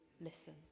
listen